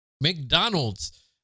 McDonald's